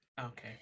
Okay